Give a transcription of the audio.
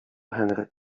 henry